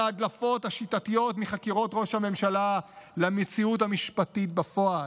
ההדלפות השיטתיות מחקירות ראש הממשלה למציאות המשפטית בפועל.